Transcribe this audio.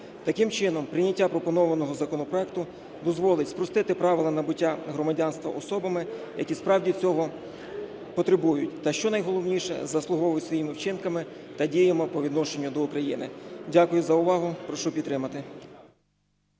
Таким чином прийняття пропонованого законопроекту дозволить спростити правила набуття громадянства особами, які справді цього потребують та, що найголовніше, заслуговують своїми вчинками та діями по відношенню до України. Дякую за увагу. Прошу підтримати.